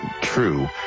true